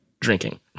drinking